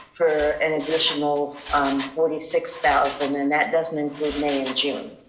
for an additional forty six thousand, and that doesn't include may and june.